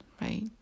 right